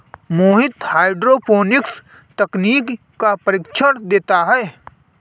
मोहित hydroponics तकनीक का प्रशिक्षण देता है